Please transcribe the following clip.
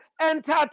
entered